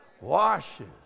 washes